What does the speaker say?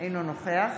אינו נוכח